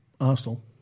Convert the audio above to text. Arsenal